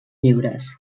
lliures